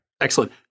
Excellent